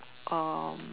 um